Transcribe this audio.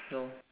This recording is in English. no